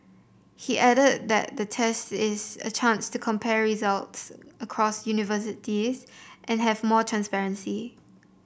he added that the test is a chance to compare results across universities and have more transparency